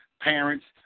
parents